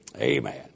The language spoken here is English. Amen